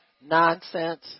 nonsense